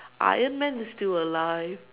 Iron man is still alive